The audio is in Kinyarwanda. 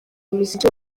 umuziki